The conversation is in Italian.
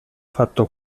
fatto